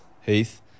Heath